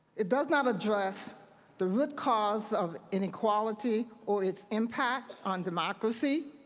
it does not address the root cause of inequality or its impact on democracy.